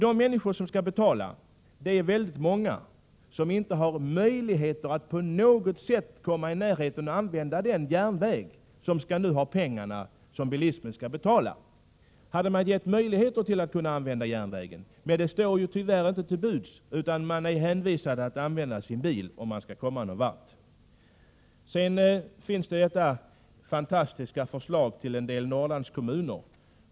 De människor som skall betala — och de är väldigt många — är sådana som inte på något sätt kan komma i närheten av och använda det järnvägsnät som skall ha de pengar som bilismen får betala. Det hade varit en annan sak om man gett dessa människor möjligheter att använda järnvägen, men sådana möjligheter kommer ju tyvärr inte att stå till buds, utan man är hänvisad till att använda sin bil, om man skall komma någon vart. Sedan har vi detta fantastiska förslag i fråga om en del Norrlandskommuner.